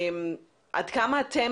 עד כמה אתם